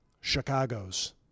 Chicago's